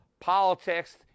politics